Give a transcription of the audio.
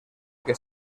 que